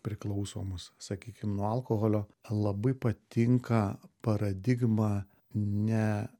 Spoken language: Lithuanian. priklausomus sakykim nuo alkoholio labai patinka paradigma ne